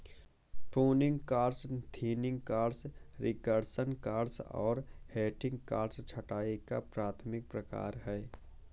pruning cuts, thinning cuts, reduction cuts और heading cuts छंटाई का प्राथमिक प्रकार हैं